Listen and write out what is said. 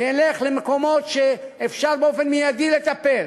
ילך למקומות שאפשר באופן מיידי לטפל,